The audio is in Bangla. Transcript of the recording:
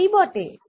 পাই বটে